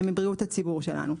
ומבריאות הציבור שלנו.